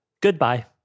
Goodbye